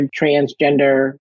transgender